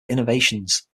innovations